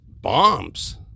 bombs